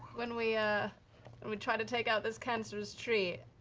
when we ah and we try to take out this cancerous tree?